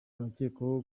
abakekwaho